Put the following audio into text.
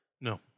No